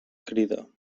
crida